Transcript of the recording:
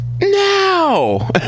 now